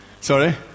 Sorry